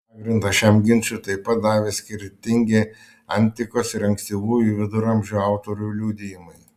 pagrindą šiam ginčui taip pat davė skirtingi antikos ir ankstyvųjų viduramžių autorių liudijimai